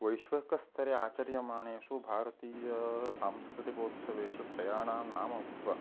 वैश्विकस्तरे आचर्यमाणेषु भारतीयसांस्कृतिकोत्सवेषु त्रयाणां नाम उक्त्वा